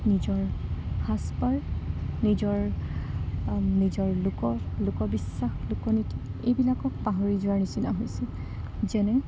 নিজৰ সাজপাৰ নিজৰ নিজৰ লোক লোকবিশ্বাস লোকনীতি এইবিলাকক পাহৰি যোৱাৰ নিচিনা হৈছিল যেনে